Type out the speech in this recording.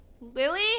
Lily